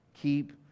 Keep